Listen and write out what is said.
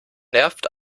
nervt